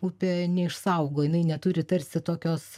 upė neišsaugo jinai neturi tarsi tokios